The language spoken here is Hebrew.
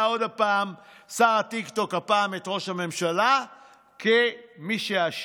מצא עוד פעם את ראש הממשלה כמי שאשם,